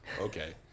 Okay